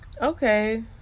Okay